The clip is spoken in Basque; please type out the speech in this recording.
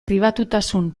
pribatutasun